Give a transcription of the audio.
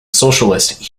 socialists